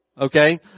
Okay